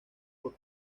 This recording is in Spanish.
por